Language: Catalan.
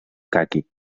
caqui